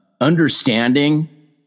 understanding